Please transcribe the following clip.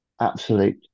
absolute